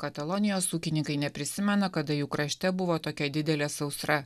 katalonijos ūkininkai neprisimena kada jų krašte buvo tokia didelė sausra